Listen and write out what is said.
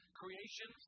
creation